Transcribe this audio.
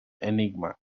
enigma